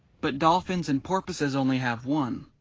but dolphins and porpoises only have one.